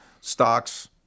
stocks